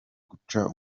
gucunga